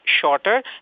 shorter